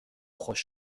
خوش